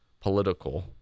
political